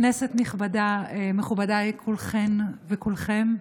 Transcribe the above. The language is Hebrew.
כנסת נכבדה, מכובדיי כולכן וכולכם,